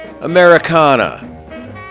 Americana